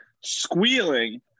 squealing